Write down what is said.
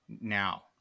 now